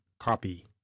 copy